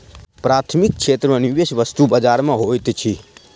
प्राथमिक क्षेत्र में निवेश वस्तु बजार में होइत अछि